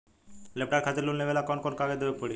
Laptop खातिर loan लेवे ला कौन कौन कागज देवे के पड़ी?